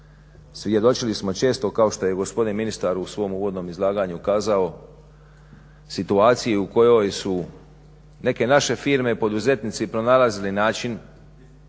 Svjedočili smo često kao što je gospodin ministar u svom uvodnom izlaganju kazao situacije u kojoj su neke naše firme, poduzetnici pronalazili način